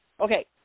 Okay